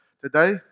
today